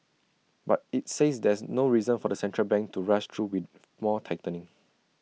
but IT says there's no reason for the central bank to rush though with more tightening